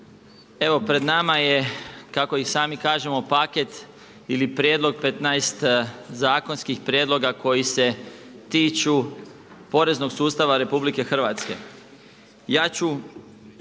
Evo pred nama je kako i sami kažemo paket, ili prijedlog 15 zakonskih prijedloga koji se tiču poreznog sustava Republike Hrvatske. Ja ću